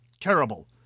Terrible